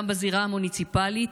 גם בזירה המוניציפלית,